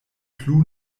plu